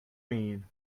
mean